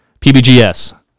pbgs